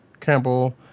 campbell